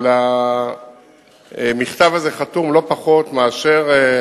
על המכתב הזה חתום לא פחות מאשר,